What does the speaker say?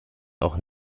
auch